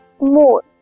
more